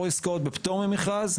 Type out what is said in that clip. או עסקאות בפטור ממרכז.